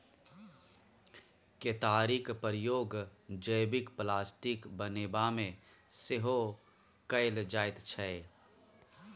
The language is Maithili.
केतारीक प्रयोग जैबिक प्लास्टिक बनेबामे सेहो कएल जाइत छै